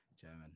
German